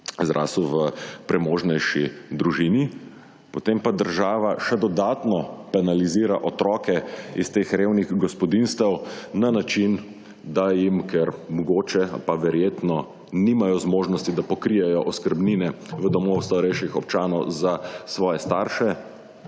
zrasel v premožnejši družini. Potem pa država še dodatno kanalizira otroke iz teh revnih gospodinjstev na način, da jim, ker mogoče, ali pa verjetno nimajo zmožnosti, da pokrijejo oskrbnine v domu starejših občanov za svoje starše.